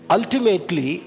Ultimately